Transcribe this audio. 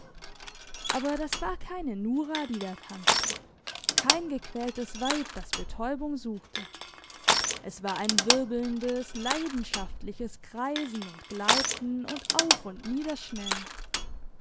aber das war keine nora die da tanzte kein gequältes weib das betäubung suchte es war ein wirbelndes leidenschaftliches kreisen und gleiten und auf und niederschnellen